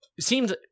seems